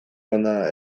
ona